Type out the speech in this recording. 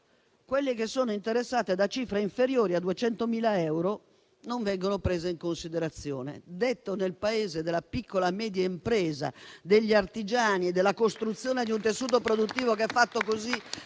quelle che sono interessate da cifre inferiori a 200.000 euro non vengono prese in considerazione. Questo, detto nel Paese della piccola media e impresa degli artigiani e della costruzione di un tessuto produttivo che è fatto così,